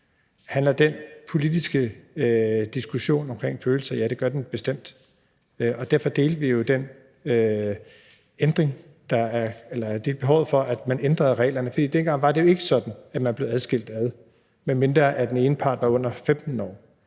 Handler den politiske diskussion om følelser? Ja, det gør den bestemt, og derfor delte vi jo den holdning, at der var behov for, at man ændrede reglerne. Dengang var det ikke sådan, at man blev adskilt, medmindre den ene part var under 15 år.